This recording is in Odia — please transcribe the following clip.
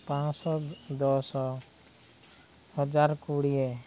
ପାଞ୍ଚଶହ ଦଶ ହଜାର କୋଡ଼ିଏ